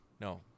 No